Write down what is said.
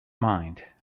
mind